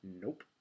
Nope